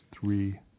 three